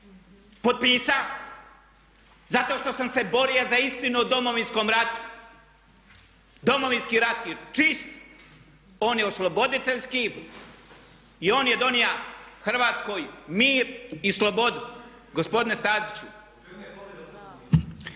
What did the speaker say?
potpisao zato što sam se borio za istinu o Domovinskom ratu. Domovinski rat je čist, on je osloboditeljski i on je donio Hrvatskoj mir i slobodu gospodine Staziću!